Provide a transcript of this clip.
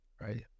right